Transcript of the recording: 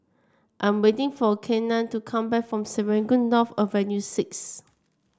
I'm waiting for Kenan to come back from Serangoon North Avenue Six